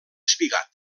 espigat